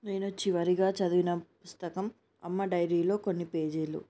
నేను చివరిగా చదివిన పుస్తకం అమ్మ డైరీలో కొన్ని పేజీలు